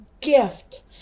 gift